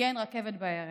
כי אין רכבת בערב.